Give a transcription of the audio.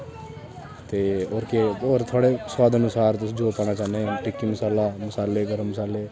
ते होर केह् होर थुआढ़े सुआद अनुसार तुस जो पाना चाह्न्नें टिकी मसाला मसाले गर्म मसाले